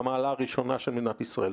מהמעלה הראשונה של מדינת ישראל.